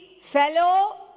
fellow